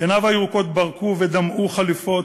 עיניו הירוקות ברקו ודמעו חליפות,